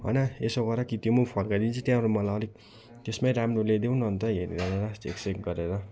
होइन यसो गर त्यो पनि फर्काइदिन्छु त्यहाँबाट मलाई अलिक त्यसमै राम्रो ल्याइदेऊ न अन्त हेरेर त्यो चेक गरेर